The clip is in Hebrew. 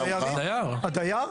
הדייר,